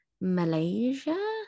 malaysia